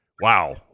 Wow